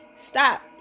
stop